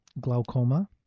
glaucoma